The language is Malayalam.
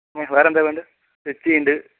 ആ വേറെന്താണ് വേണ്ടത് തെച്ചിയുണ്ട്